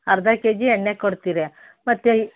ಅರ್ಧ K G ಎಣ್ಣೆ ಕೊಡ್ತೀರಿ ಮತ್ತೆ